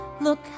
Look